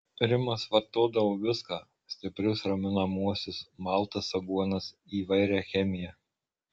rimas vartodavo viską stiprius raminamuosius maltas aguonas įvairią chemiją